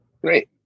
Great